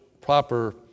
proper